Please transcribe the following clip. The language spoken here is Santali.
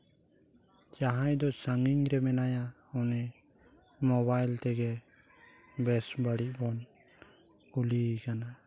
ᱡᱟᱦᱟᱸᱭ ᱫᱚ ᱥᱟᱺᱜᱤᱧ ᱨᱮ ᱢᱮᱱᱟᱭᱟ ᱩᱱᱤ ᱢᱳᱵᱟᱭᱤᱞ ᱛᱮᱜᱮ ᱵᱮᱥ ᱵᱟᱹᱲᱤᱡ ᱵᱚᱱ ᱠᱩᱞᱤᱭᱮᱠᱟᱱᱟ